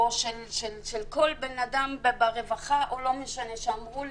של אנשים ברווחה שאמרו לי: